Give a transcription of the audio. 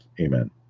amen